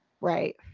Right